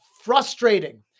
frustrating